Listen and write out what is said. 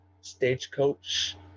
Stagecoach